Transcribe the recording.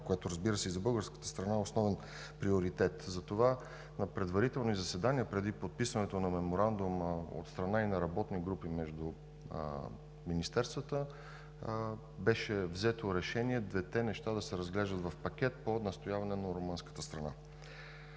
както, разбира се, и за българската. Затова на предварителни заседания, преди подписването на Меморандума, от страна на работните групи между министерствата, беше взето решение двете неща да се разглеждат в пакет по настояване на румънската страна.